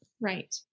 Right